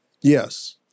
Yes